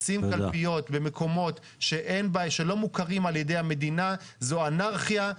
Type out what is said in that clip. לשים קלפיות במקומות שלא מוכרים על ידי המדינה זו אנרכיה,